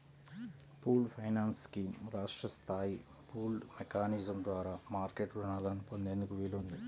pooled finance scheme రాష్ట్ర స్థాయి pooled mechanism ద్వారా మార్కెట్ రుణాలను పొందేందుకు వీలుంది